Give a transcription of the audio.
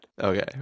Okay